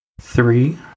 Three